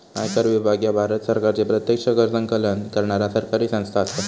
आयकर विभाग ह्या भारत सरकारची प्रत्यक्ष कर संकलन करणारा सरकारी संस्था असा